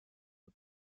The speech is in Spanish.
sur